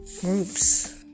groups